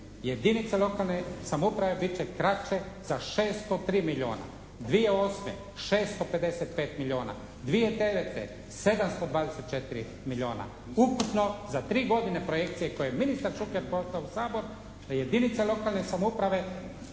jedinice lokalne samouprave bit će kraće za 603 milijuna. 2008. 655 milijuna. 2009. 724 milijuna. Ukupno, za tri godine projekcije koju je ministar Šuker poslao u Sabor jedinice lokalne samouprave